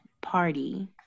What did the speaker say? party